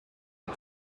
est